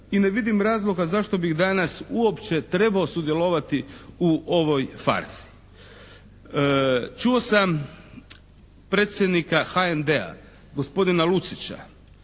i ne vidim razloga zašto bi danas uopće trebao sudjelovati u ovoj fazi. Čuo sam predsjednika HNB-a gospodina Lucića